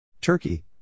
Turkey